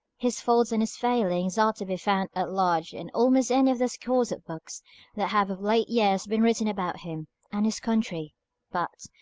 his faults and his failings are to be found at large in almost any of the scores of books that have of late years been written about him and his country but,